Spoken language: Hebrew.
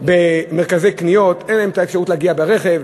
במרכזי קניות, אין להם אפשרות להגיע ברכב.